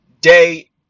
day